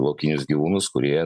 laukinius gyvūnus kurie